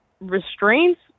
restraints